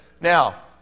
Now